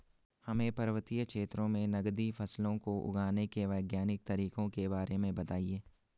हमें पर्वतीय क्षेत्रों में नगदी फसलों को उगाने के वैज्ञानिक तरीकों के बारे में बताइये?